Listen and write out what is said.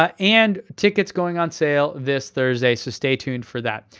ah and tickets going on sale this thursday, so stay tuned for that.